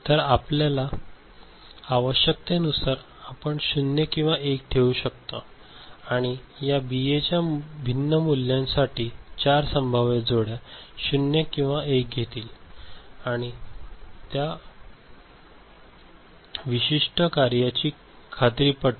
तर आपल्या आवश्यकतेनुसार आपण 0 किंवा 1 ठेवू शकता आणि या बीएच्या भिन्न मूल्यांसाठी 4 संभाव्य जोड्या 0 किंवा 1 घेतील आणि त्या विशिष्ट कार्याची खात्री पटेल